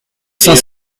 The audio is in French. cinq